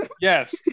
Yes